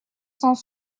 cent